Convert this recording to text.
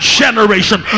generation